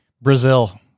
Brazil